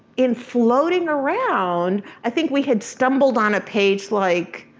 in floating around, i think we had stumbled on a page like,